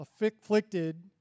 afflicted